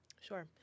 Sure